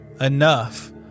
enough